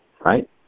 Right